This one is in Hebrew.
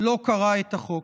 לא קרא את החוק.